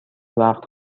وقت